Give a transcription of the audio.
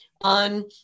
on